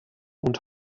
und